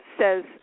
says